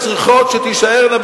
וצריך שתישארנה,